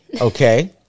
Okay